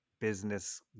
business